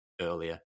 earlier